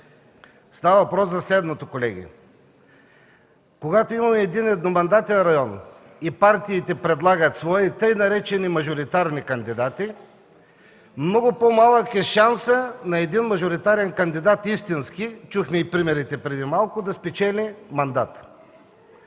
Става въпрос за следното, колеги. Когато имаме многомандатен район и партиите предлагат свои така наречени „мажоритарни кандидати“, много по-малък е шансът на истински мажоритарен кандидат – чухме и примерите преди малко – да спечели мандата.